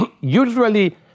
usually